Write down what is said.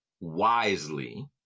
wisely